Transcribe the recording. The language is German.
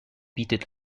bietet